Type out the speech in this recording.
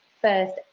first